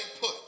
put